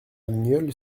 nieul